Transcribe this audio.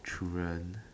children